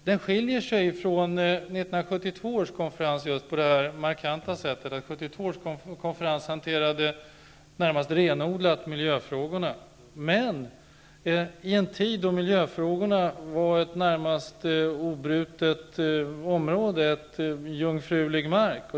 Den skiljer sig från 1972 års konferens på det markanta sättet, att denna i det närmaste renodlat hanterade miljöfrågorna i en tid då dessa var ett nästan obrutet område, en jungfrulig mark.